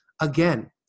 again